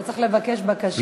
אתה צריך לבקש בקשה.